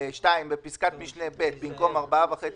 "(2)בסעיף קטן (א2) המובא בו, (א)